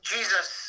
Jesus